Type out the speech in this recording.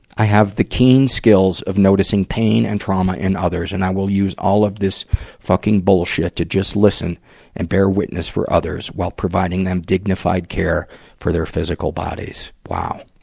i have the keen skills of noticing pain and trauma in others, and i will use all of this fucking bullshit to just listen and bear witness for others, while providing them dignified care for their physical bodies. wow!